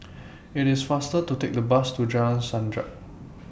IT IS faster to Take The Bus to Jalan Sajak